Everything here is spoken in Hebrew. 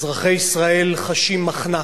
אזרחי ישראל חשים מחנק,